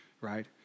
right